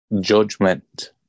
Judgment